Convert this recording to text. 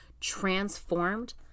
transformed